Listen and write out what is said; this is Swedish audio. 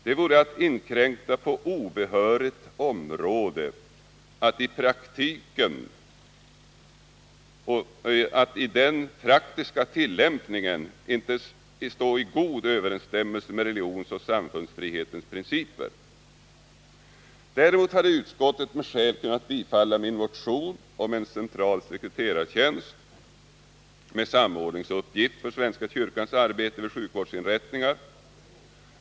Det vore att inkräkta på obehörigt område och det skulle i den praktiska tillämpningen ej stå i god överensstämmelse med religionsoch samfundsfrihetens principer. Däremot hade utskottet med skäl kunnat bifalla min motion om en central sekreterartjänst med samordningsuppgift för svenska kyrkans arbete vid sjukvårdsinrättningar.